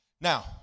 Now